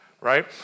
right